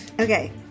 Okay